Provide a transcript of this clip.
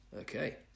Okay